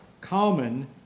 common